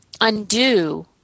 undo